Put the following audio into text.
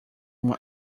uma